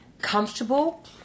comfortable